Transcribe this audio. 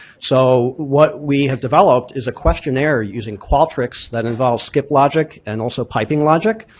so what we have developed is a questionnaire using qualtrics that involve skip logic and also piping logic.